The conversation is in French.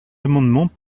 amendements